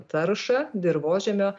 taršą dirvožemio